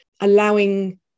allowing